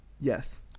yes